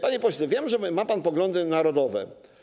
Panie pośle, wiem, że ma pan poglądy narodowe.